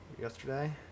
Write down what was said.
Yesterday